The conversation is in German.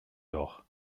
doch